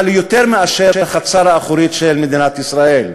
ליותר מאשר החצר האחורית של מדינת ישראל.